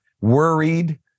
worried